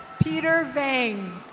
peter vang.